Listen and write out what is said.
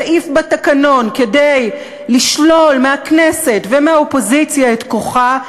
בסעיף בתקנון כדי לשלול מהכנסת ומהאופוזיציה את כוחה,